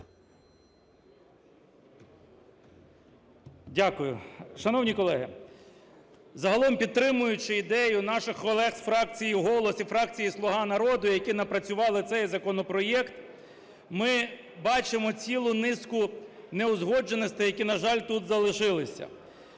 Дякую. Шановні колеги, загалом підтримуючи ідею наших колег з фракції "Голос" і фракції "Слуга народу", які напрацювали цей законопроект, ми бачимо цілу низку неузгодженостей, які на жаль, тут залишилися.